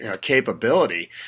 capability